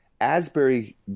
Asbury